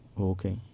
Okay